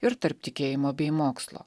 ir tarp tikėjimo bei mokslo